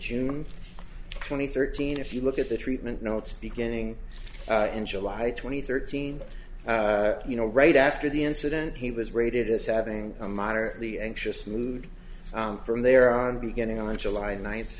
june twenty third teen if you look at the treatment notes beginning in july twenty third teen you know right after the incident he was rated as having a moderately anxious mood from there on beginning on july ni